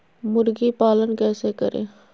मुर्गी पालन कैसे करें?